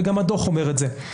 וגם הדוח אומר את זה.